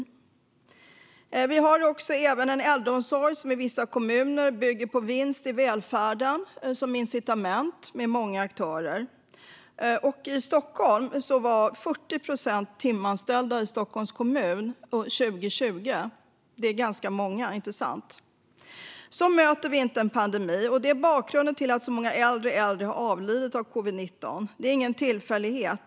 I vissa kommuner bygger äldreomsorgen på vinst i välfärden som incitament och den har många aktörer. I Stockholms kommun var 40 procent timanställda 2020, vilket är ganska många, inte sant? Så här möter man inte en pandemi. Det här är bakgrunden till att så många äldre äldre har avlidit av covid-19. Det är ingen tillfällighet.